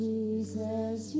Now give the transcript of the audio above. Jesus